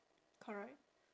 correct